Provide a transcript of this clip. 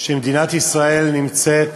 מדינת ישראל נמצאת